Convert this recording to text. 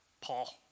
Paul